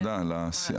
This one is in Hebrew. כן, ממש.